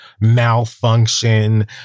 malfunction